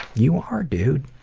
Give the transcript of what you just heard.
you are dude,